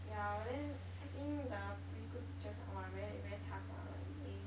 ya but then I think the preschool teachers like !wah! very very tough lah like they